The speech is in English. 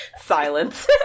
Silence